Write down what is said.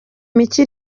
mike